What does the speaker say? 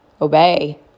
obey